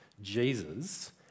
Jesus